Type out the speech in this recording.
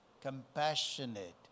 compassionate